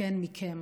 מכם, מכן,